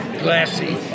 glassy